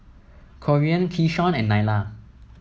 Corean Keyshawn and Nyla